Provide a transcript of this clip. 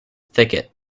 thicket